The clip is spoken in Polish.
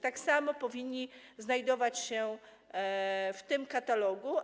Tak samo powinni znajdować się w tym katalogu.